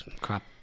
crap